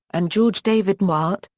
and george david newhart,